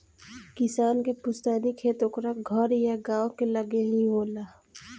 किसान के पुस्तैनी खेत ओकरा घर या गांव के लगे ही होला